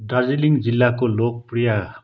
दार्जिलिङ जिल्लाको लोकप्रिय